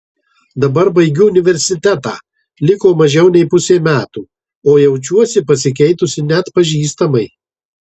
dabar baigiu universitetą liko mažiau nei pusė metų o jaučiuosi pasikeitusi neatpažįstamai